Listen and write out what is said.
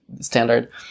standard